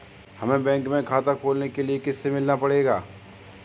हमे बैंक में खाता खोलने के लिए किससे मिलना पड़ेगा?